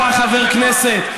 אתה חבר כנסת.